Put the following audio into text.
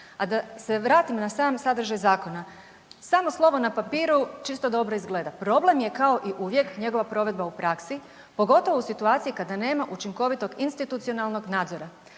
A da se vratim na sam sadržaj zakona, samo slovo na papiru čisto dobro izgleda. Problem je kao i uvijek njegova provedba u praksi pogotovo u situaciji kada nema učinkovitog institucionalnog nadzora.